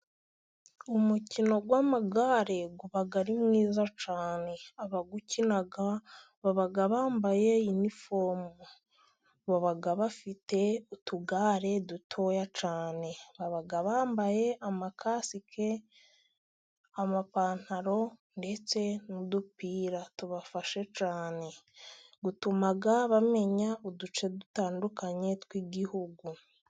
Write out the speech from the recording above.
Umukino w'amagare uba ari mwiza cyane ,abawukina baba bambaye inifomu ,baba bafite utugare dutoya cyane, baba bambaye amakasike, amapantaro ndetse n'udupira tubafashe cyane utuma bamenya uduce dutandukanye tw'igihugu.